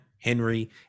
henry